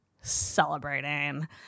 celebrating